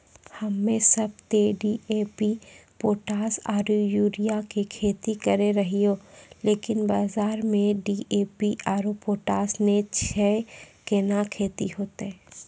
हम्मे सब ते डी.ए.पी पोटास आरु यूरिया पे खेती करे रहियै लेकिन बाजार मे डी.ए.पी आरु पोटास नैय छैय कैना खेती होते?